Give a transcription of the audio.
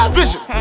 vision